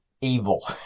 evil